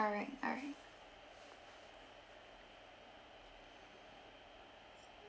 alright alright